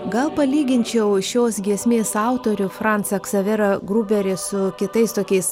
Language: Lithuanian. gal palyginčiau šios giesmės autorių francą ksaverą gruberį su kitais tokiais